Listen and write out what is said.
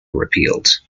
repealed